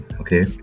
okay